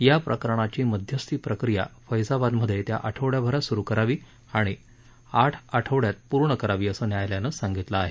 या प्रकरणाची मध्यस्थी प्रक्रिया फैजाबादमधे येत्या आठवड्याभरात सुरु करावी आणि आठ आठवड्यात पूर्ण करावी असं न्यायालयानं सांगितलं आहे